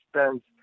spends